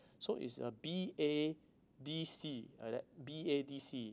so is uh B A D C like that B A D C